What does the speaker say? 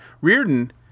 Reardon